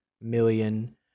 million